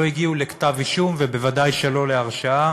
לא הגיעו לכתב-אישום וודאי שלא להרשעה